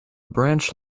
branch